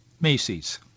Macy's